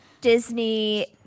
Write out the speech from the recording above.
Disney